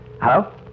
Hello